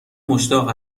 مشتاق